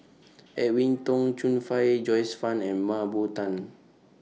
Edwin Tong Chun Fai Joyce fan and Mah Bow Tan